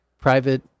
private